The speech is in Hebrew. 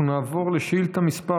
אנחנו נעבור לשאילתה מס'